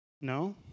No